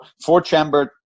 four-chambered